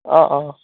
অঁ অঁ